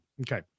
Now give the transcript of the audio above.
Okay